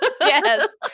yes